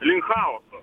link chaoso